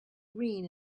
green